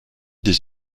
des